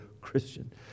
Christian